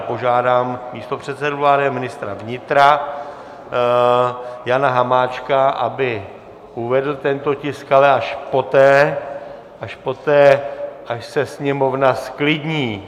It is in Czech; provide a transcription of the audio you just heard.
Požádám místopředsedu vlády a ministra vnitra Jana Hamáčka, aby uvedl tento tisk, ale až poté, až se sněmovna zklidní.